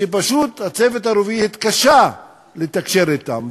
שפשוט הצוות הרפואי התקשה לתקשר אתם.